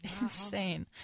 insane